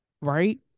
right